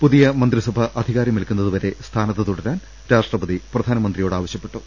പുതിയ മന്ത്രിസഭ അധി കാരമേൽക്കുന്നതുവരെ സ്ഥാനത്ത് തുടരാൻ രാഷ്ട്രപതി പ്രധാനമന്ത്രിയോട് ആവശ്യപ്പെട്ടു